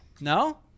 No